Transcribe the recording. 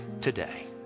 today